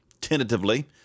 tentatively